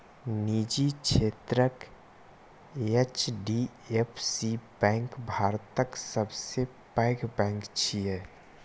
निजी क्षेत्रक HDFC bank भारतक सबसं पैघ बैंक छियै